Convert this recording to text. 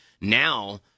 Now